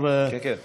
כן, כן.